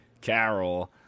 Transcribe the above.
Carol